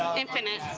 infinite.